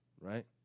right